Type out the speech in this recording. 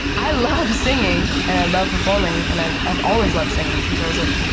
i love singing, and i love performing, and i've i've always loved singing since i was like,